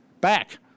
back